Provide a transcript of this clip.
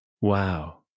wow